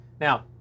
Now